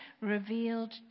revealed